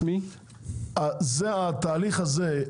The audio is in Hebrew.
זה התהליך הזה,